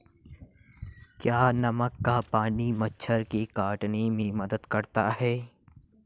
क्या नमक का पानी मच्छर के काटने में मदद करता है?